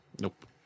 Nope